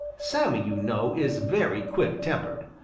sammy, you know, is very quick-tempered.